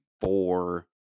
four